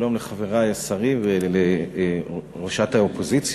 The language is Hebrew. שלום לחברי השרים ולראשת האופוזיציה,